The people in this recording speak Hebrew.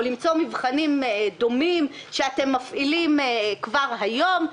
או למצוא מבחנים דומים שאתם מפעילים כבר היום,